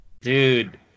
Dude